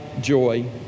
joy